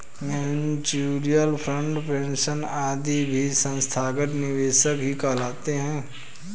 mutual fund, pension आदि भी संस्थागत निवेशक ही कहलाते हैं